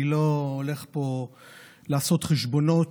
אני הולך פה לעשות חשבונות.